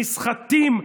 נסחטים,